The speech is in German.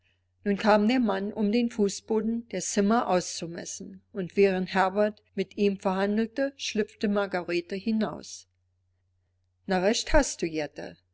nun kam der mann um den fußboden der zimmer auszumessen und während herbert mit ihm verhandelte schlüpfte margarete hinaus